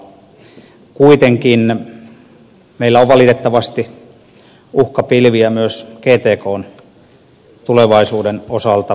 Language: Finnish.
kuitenkin meillä on valitettavasti uhkapilviä myös gtkn tulevaisuuden osalta